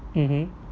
mmhmm